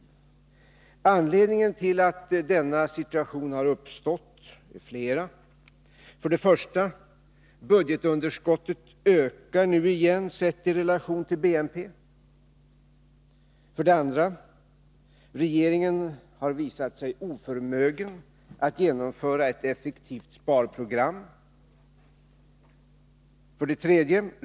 Det finns flera anledningar till att denna situation har uppstått. 1. Budgetunderskottet ökar nu igen, sett i relation till BNP. 2. Regeringen har visat sig oförmögen att genomföra ett effektivt sparprogram. 3.